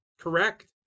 correct